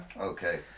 okay